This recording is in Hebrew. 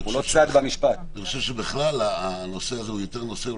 אני חושב שבכלל הנושא הזה הוא יותר נושא חוקתי.